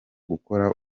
gukora